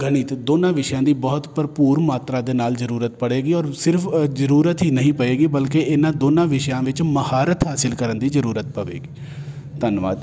ਗਣਿਤ ਦੋਨਾਂ ਵਿਸ਼ਿਆਂ ਦੀ ਬਹੁਤ ਭਰਪੂਰ ਮਾਤਰਾ ਦੇ ਨਾਲ ਜ਼ਰੂਰਤ ਪਏਗੀ ਔਰ ਸਿਰਫ ਜ਼ਰੂਰਤ ਹੀ ਨਹੀਂ ਪਏਗੀ ਬਲਕਿ ਇਹਨਾਂ ਦੋਨਾਂ ਵਿਸ਼ਿਆਂ ਵਿੱਚ ਮਹਾਰਤ ਹਾਸਿਲ ਕਰਨ ਦੀ ਜ਼ਰੂਰਤ ਪਵੇਗੀ ਧੰਨਵਾਦ